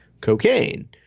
cocaine